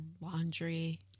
laundry